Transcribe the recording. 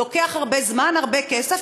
לוקח הרבה זמן והרבה כסף,